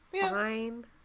fine